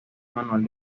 manual